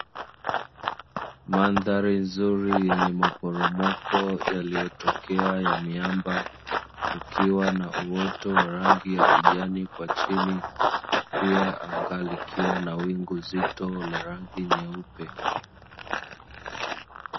Mandhari nzuri yenye maporomoko yaliyotokea ya miamba kukiwa na uoto wa rangi ya kijani kwa chini, pia anga likiwa na wingu zito la rangi nyeupe.